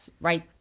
right